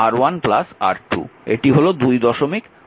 এটি হল 225 নম্বর সমীকরণ